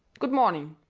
good-morning,